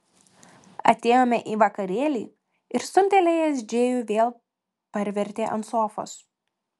atėjome į vakarėlį ir stumtelėjęs džėjų vėl parvertė ant sofos